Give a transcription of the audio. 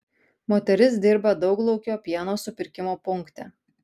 moteris dirba dauglaukio pieno supirkimo punkte